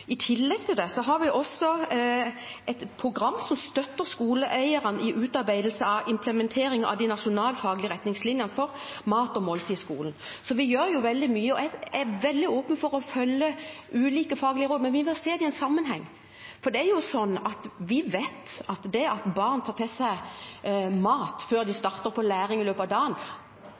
har vi et program som støtter skoleeierne i utarbeidelsen av implementering av de nasjonalfaglige retningslinjene for mat og måltid i skolen, så vi gjør veldig mye. Jeg er veldig åpen for å følge ulike faglige råd, men vi må se dem i sammenheng. At det er viktig at barn tar til seg mat før de starter læring,